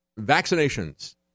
vaccinations